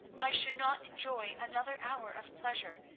i should not enjoy another hour of pleasure,